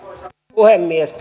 puhemies